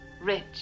Rich